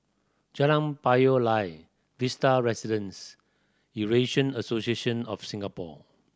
Jalan Payoh Lai Vista Residences Eurasian Association of Singapore